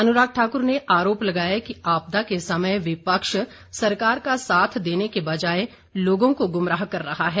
अनुराग ठाकुर ने आरोप लगाया कि आपदा के समय विपक्ष सरकार का साथ देने के बजाय लोगों को गुमराह कर रहा है